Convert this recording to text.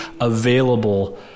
available